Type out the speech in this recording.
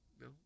no